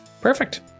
perfect